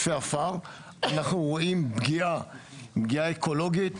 אנחנו רואים פגיעה אקולוגית,